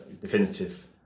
definitive